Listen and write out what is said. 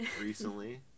recently